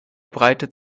breitet